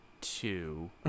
Two